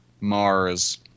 Mars